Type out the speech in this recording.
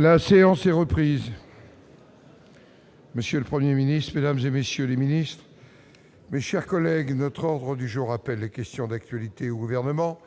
La séance est reprise. Monsieur le 1er Ministre Mesdames et messieurs les ministres, mes chers collègues, notre ordre du jour appelle les questions d'actualité au gouvernement,